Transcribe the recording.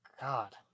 god